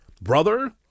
brother